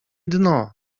dno